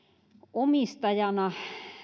omistajana